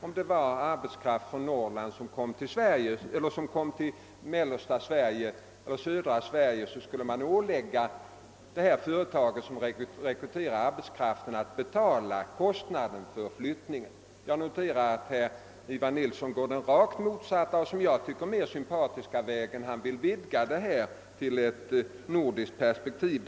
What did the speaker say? Om arbetskraft från Norrland kom till mellersta eller södra Sverige skulle alltså de företag som rekryterade arbetskraften åläggas att betala kostnaderna för flyttningen. Jag noterar att herr Nilsson i Tvärålund går den rakt motsatta och som jag tycker mer sympatiska vägen: han vill sätta in bidragen i ett nordiskt perspektiv.